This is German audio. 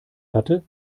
hatte